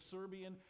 Serbian